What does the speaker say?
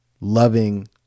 loving